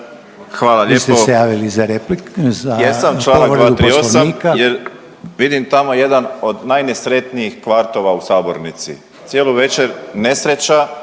Josip (HDZ)** Jesam, članak 238. jer vidim tamo jedan od najnesretnijih kvartova u sabornici. Cijelu večer nesreća